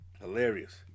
Hilarious